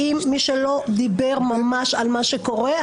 האם מי שלא דיבר ממש על מה שקורה,